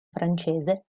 francese